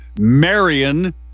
Marion